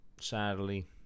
sadly